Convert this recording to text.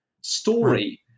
story